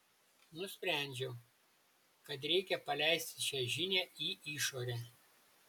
nusprendžiau kad reikia paleisti šią žinią į išorę